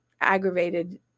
aggravated